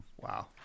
Wow